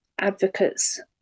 advocates